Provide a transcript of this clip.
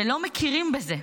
ולא מכירים בזה.